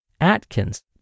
Atkins